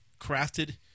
crafted